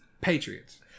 Patriots